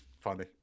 funny